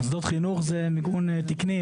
מוסדות חינוך זה מיגון תקני,